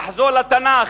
לחזור לתנ"ך,